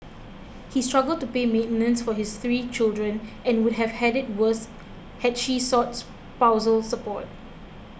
he struggled to pay maintenance for his three children and would have had it worse had she sought spousal support